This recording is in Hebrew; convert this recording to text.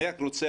אני רק רוצה,